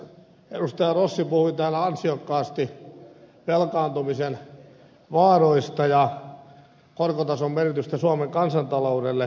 rossi puhui täällä ansiokkaasti velkaantumisen vaaroista ja korkotason merkityksestä suomen kansantaloudelle